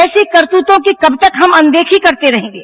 ऐसी करतूतों की कब तक हम अनदेखी करते रहेंगे